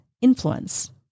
influence